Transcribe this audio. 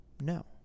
no